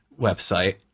website